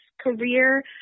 career